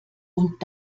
und